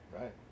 Right